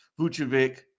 Vucevic